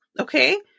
okay